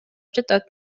жатат